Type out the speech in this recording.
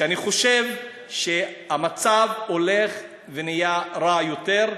ואני חושב שהמצב הולך ונעשה רע יותר.